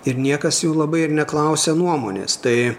ir niekas jų labai ir neklausia nuomonės tai